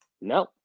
No